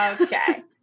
Okay